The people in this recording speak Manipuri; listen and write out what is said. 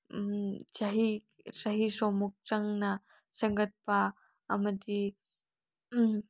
ꯆꯍꯤ ꯆꯍꯤꯁꯨ ꯑꯃꯨꯛ ꯆꯪꯅ ꯁꯦꯝꯒꯠꯄ ꯑꯃꯗꯤ